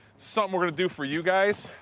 something we're gonna do for you guys.